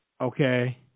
Okay